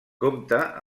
compta